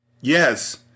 Yes